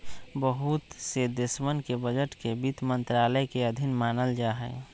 बहुत से देशवन के बजट के वित्त मन्त्रालय के अधीन मानल जाहई